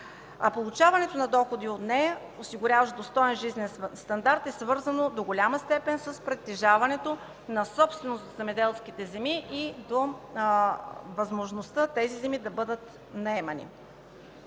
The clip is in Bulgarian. Получаването на доходи от земята, осигуряващи достоен жизнен стандарт, е свързано до голяма степен с притежаването на собственост върху земеделските земи и до възможността тези земи да бъдат наемани.